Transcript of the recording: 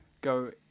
go